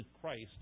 Christ